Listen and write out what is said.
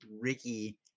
ricky